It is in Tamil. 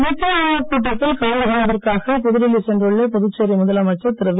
நிதி ஆயோக் கூட்டத்தில் கலந்து கொள்வதற்காக புதுடில்லி சென்றுள்ள புதுச்சேரி முதலமைச்சர் திரு வி